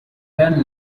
then